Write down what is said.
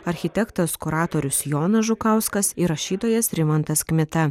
architektas kuratorius jonas žukauskas ir rašytojas rimantas kmita